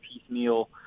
piecemeal